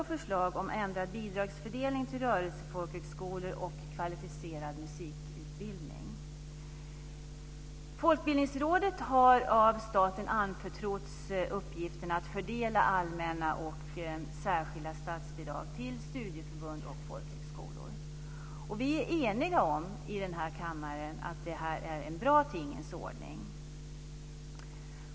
Folkbildningsrådet har av staten anförtrotts uppgiften att fördela allmänna och särskilda statsbidrag till studieförbund och folkhögskolor. Vi är här i kammaren eniga om att det här är en bra tingens ordning.